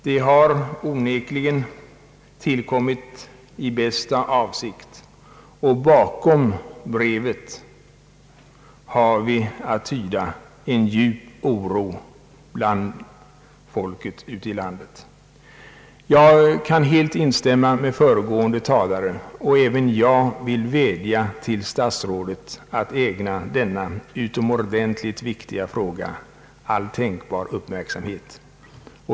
Det har onekligen tillkommit i bästa avsikt, och bakom brevet har vi att tyda en djup oro bland folket ute i landet. Slutligen kan jag helt instämma med föregående talare. Även jag vill vädja till herr statsrådet att ägna denna utomordentligt viktiga fråga all tänkbar uppmärksamhet.